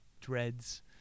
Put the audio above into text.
dreads